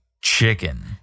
chicken